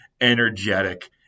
energetic